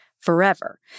forever